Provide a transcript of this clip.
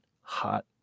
Hot